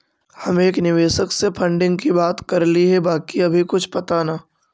हम एक निवेशक से फंडिंग की बात करली हे बाकी अभी कुछ पता न